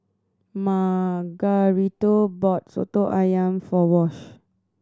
Margarito bought Soto Ayam for Wash